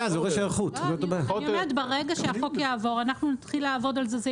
אני אומרת ברגע שהחוק יעבור אנחנו נתחיל לעבוד על זה,